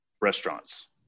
restaurants